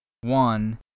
one